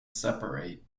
separate